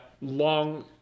long